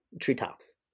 treetops